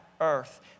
Earth